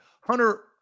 Hunter